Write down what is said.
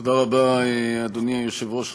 תודה רבה, אדוני היושב-ראש.